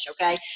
okay